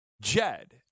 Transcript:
Jed